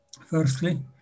firstly